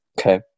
Okay